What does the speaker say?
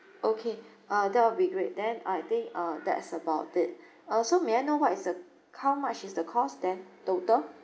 okay uh that will be great then I think uh that's about it uh so may I know what is the how much is the cost then total